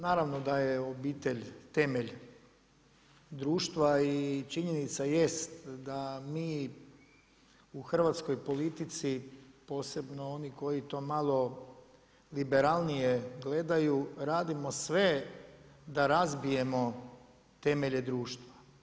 Naravno da je obitelj temelj društva i činjenica jest da mi u hrvatskoj politici, posebno oni koji to malo liberalnije gledaju, radimo sve da razbijemo temelje društva.